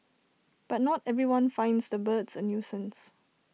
but not everyone finds the birds A nuisance